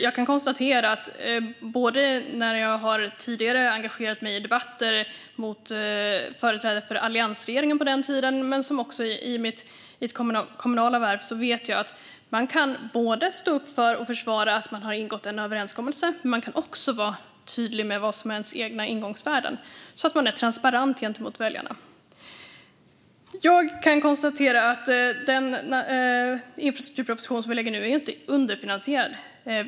Jag har tidigare engagerat mig i debatter mot företrädare för alliansregeringen men också i mitt kommunala värv, och jag vet att man kan stå upp för och försvara att man har ingått en överenskommelse men också vara tydlig med vad som är ens egna ingångsvärden så att man är transparent gentemot väljarna. Jag kan konstatera att den infrastrukturproposition som vi nu lägger fram inte är underfinansierad.